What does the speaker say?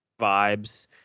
vibes